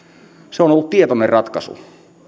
se on ollut tietoinen ratkaisu